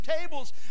tables